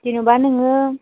जेनेबा नोङो